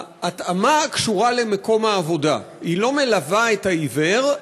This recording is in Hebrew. ההתאמה הקשורה למקום העבודה לא מלווה את העיוור,